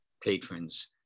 patrons